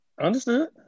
Understood